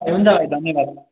ए हुन्छ भाइ धन्यवाद